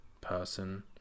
person